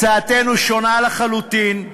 הצעתנו שונה לחלוטין.